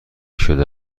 شده